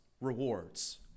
rewards